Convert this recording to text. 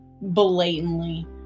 blatantly